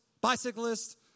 bicyclists